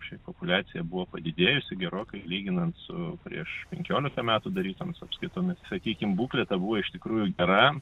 šiaip populiacija buvo padidėjusi gerokai lyginant su prieš penkiolika metų darytomis apskaitomis sakykim būklė ta buvo iš tikrųjų gera